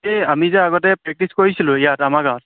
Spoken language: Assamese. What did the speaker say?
এই আমি যে আগতে প্ৰেক্টিছ কৰিছিলোঁ ইয়াত আমাৰ গাঁৱত